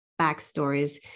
backstories